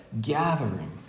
Gathering